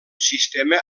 sistema